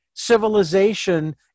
civilization